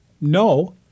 No